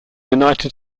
united